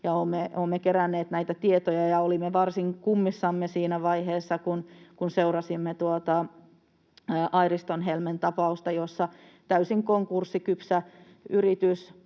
olemme keränneet näitä tietoja, ja olimme varsin kummissamme siinä vaiheessa, kun seurasimme tuota Airiston Helmen tapausta, jossa täysin konkurssikypsä yritys,